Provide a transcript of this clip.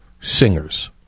singers